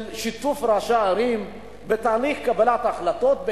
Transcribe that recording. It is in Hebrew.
של שיתוף ראשי ערים בתהליך קבלת החלטות,